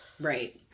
Right